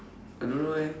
I don't know eh